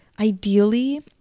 ideally